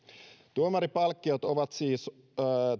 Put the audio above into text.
tuomaripalkkiot ovat siis